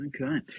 Okay